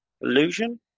illusion